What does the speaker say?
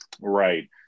Right